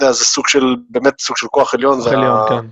זה סוג של, באמת זה סוג של כוח עליון, זה ... כן